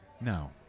No